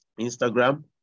Instagram